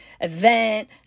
event